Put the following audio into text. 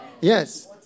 Yes